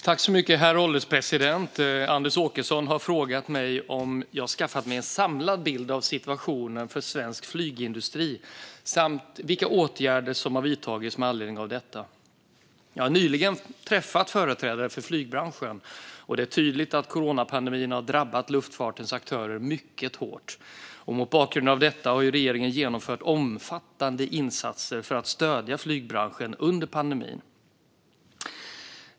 Herr ålderspresident! har frågat mig om jag skaffat mig en samlad bild av situationen för svensk flygindustri samt vilka åtgärder som har vidtagits med anledning av detta. Jag har nyligen träffat företrädare för flygbranschen, och det är tydligt att coronapandemin drabbat luftfartens aktörer mycket hårt. Mot bakgrund av detta har regeringen genomfört omfattande insatser för att stödja flygbranschen under pandemin.